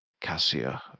Cassia